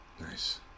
Nice